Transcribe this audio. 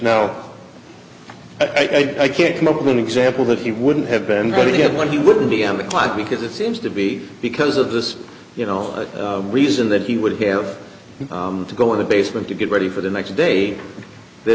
now i can't come up with an example that he wouldn't have been ready when he wouldn't be on the clock because it seems to be because of this you know reason that he would have to go in the basement to get ready for the next day that